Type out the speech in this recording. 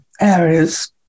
areas